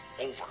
over